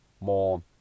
more